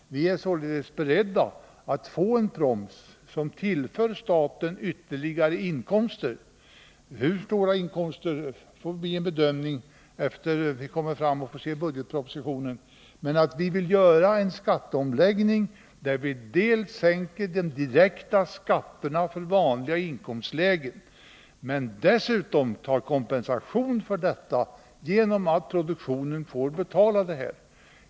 Vi är således beredda att få en proms, som tillför staten ytterligare inkomster — hur stora får vi bedöma efter det vi fått se budgetpropositionen. Men vi vill göra en skatteomläggning där vi dels sänker de direkta skatterna i vanliga inkomstlägen, dels kompenserar detta genom att låta produktionen betala.